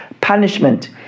punishment